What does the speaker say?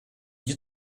you